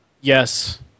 Yes